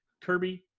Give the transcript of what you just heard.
Kirby